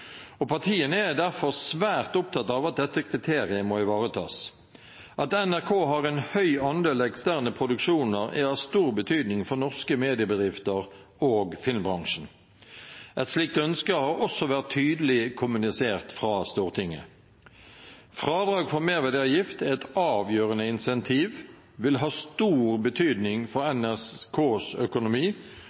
og partiene er derfor svært opptatt av at dette kriteriet må ivaretas. At NRK har en høy andel eksterne produksjoner, er av stor betydning for norske mediebedrifter og filmbransjen. Et slikt ønske har også vært tydelig kommunisert fra Stortinget. Fradrag for merverdiavgift er et avgjørende incentiv og vil ha stor betydning for NRKs økonomi,